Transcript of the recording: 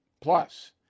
Plus